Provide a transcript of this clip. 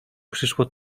przyszło